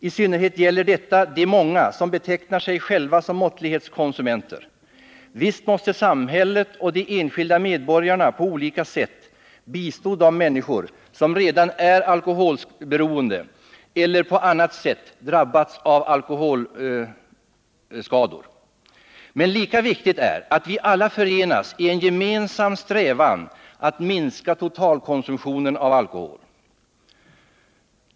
I synnerhet gäller detta de många som betecknar sig själva som måttlighetskonsumenter. Visst måste samhället och de enskilda medborgarna på olika sätt bistå de människor som redan är alkoholberoende eller på annat sätt drabbats av alkoholskador. Men lika viktigt är att vi alla förenas i en gemensam strävan att minska totalkonsumtionen av alkohol.